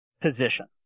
position